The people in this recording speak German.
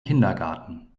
kindergarten